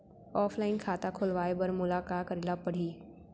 Offline खाता खोलवाय बर मोला का करे ल परही?